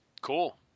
Cool